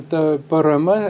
ta parama